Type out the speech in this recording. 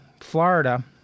florida